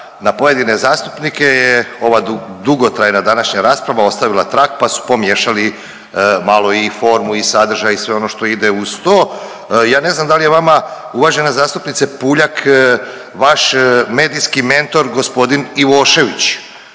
na pojedine zastupnike je ova dugotrajna današnja rasprava ostavila trag pa su pomiješali malo i formu i sadržaj i sve ono što ide uz to. Ja ne znam da li je vama uvažena zastupnice Puljak vaš medijski mentor gospodin Ivošević